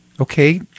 Okay